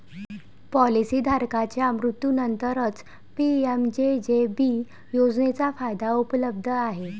policy धारकाच्या मृत्यूनंतरच PMJJB योजनेचा फायदा उपलब्ध आहे